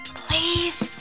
please